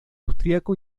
austriaco